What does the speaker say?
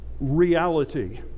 reality